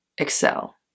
Excel